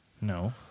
No